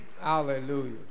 Hallelujah